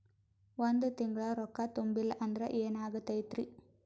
ಒಂದ ತಿಂಗಳ ರೊಕ್ಕ ತುಂಬಿಲ್ಲ ಅಂದ್ರ ಎನಾಗತೈತ್ರಿ?